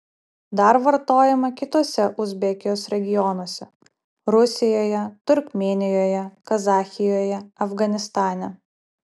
dar vartojama kituose uzbekijos regionuose rusijoje turkmėnijoje kazachijoje afganistane